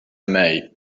معي